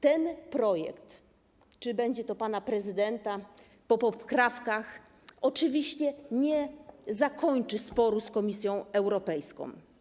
Ten projekt, czy będzie to projekt pana prezydenta po poprawkach, oczywiście nie zakończy sporu z Komisją Europejską.